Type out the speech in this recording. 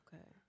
Okay